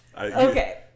Okay